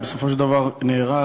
ובסופו של דבר נהרג